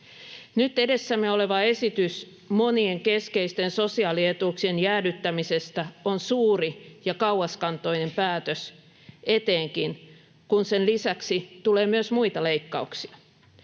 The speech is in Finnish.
Nyt edessämme oleva esitys monien keskeisten sosiaalietuuksien jäädyttämisestä on suuri ja kauaskantoinen päätös, etenkin kun sen lisäksi tulee myös muita leikkauksia.